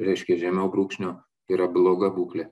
reiškia žemiau brūkšnio yra bloga būklė